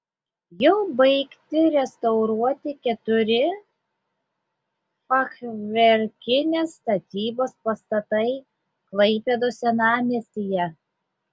jau baigti restauruoti keturi fachverkinės statybos pastatai klaipėdos senamiestyje